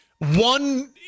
one